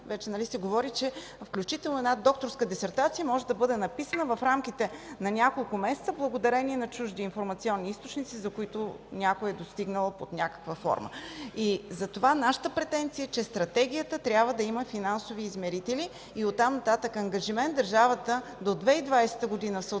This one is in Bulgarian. вече се говори, че включително една докторска дисертация може да бъде написана в рамките на няколко месеца, благодарение на чужди информационни източници, до които някой е достигнал под някаква форма. Затова нашата претенция е, че Стратегията трябва да има финансови измерители и оттам нататък ангажимент на държавата е до 2020 г. в съответствие